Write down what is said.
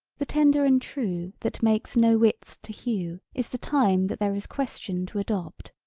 the tender and true that makes no width to hew is the time that there is question to adopt.